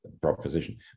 Proposition